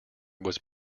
was